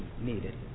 needed